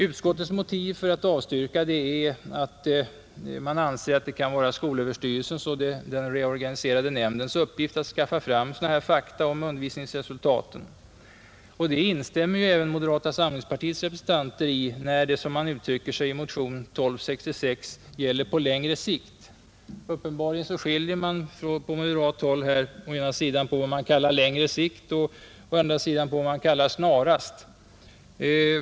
Utskottets motiv för att avstyrka förslaget om en parlamentarisk kommission är att det anses vara skolöverstyrelsens och den reorganiserade nämndens uppgift att skaffa fram fakta om undervisningsresultaten. I detta instämmer även moderata samlingspartiets representanter när det, som man uttrycker sig i motion nr 1266, gäller ”på längre sikt”. Uppenbarligen skiljer man här å ena sidan på vad man kallar ”längre sikt” och å andra sidan vad man kallar ”snarast”.